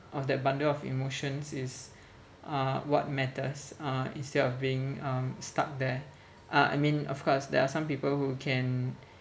of that bundle of emotions is uh what matters uh instead of being um stuck there uh I mean of course there are some people who can